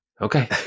Okay